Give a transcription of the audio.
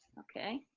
okay.